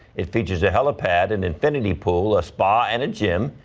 it features a helipad an infinity pool, a spa and gym.